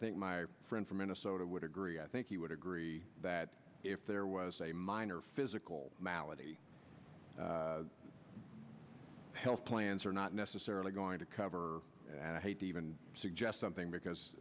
think my friend from minnesota would agree i think he would agree that if there was a minor physical malady health plans are not necessarily going to cover and i hate to even suggest something because